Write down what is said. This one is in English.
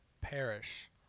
perish